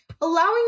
allowing